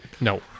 No